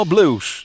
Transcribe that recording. Blues